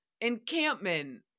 encampment